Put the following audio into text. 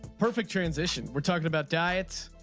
perfect transition. we're talking about diets.